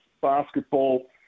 basketball